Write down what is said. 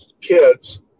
kids